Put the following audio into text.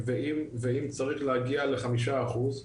ואם צריך להגיע לחמישה אחוז,